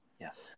Yes